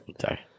Sorry